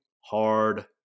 hard